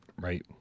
right